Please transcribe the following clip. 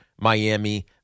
Miami